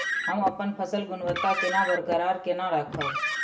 हम अपन फसल गुणवत्ता केना बरकरार केना राखब?